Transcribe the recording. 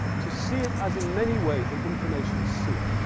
to see it as in many ways an information sewer.